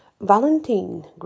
Valentine